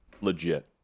legit